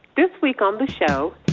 this week on the show,